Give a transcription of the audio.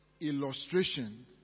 illustration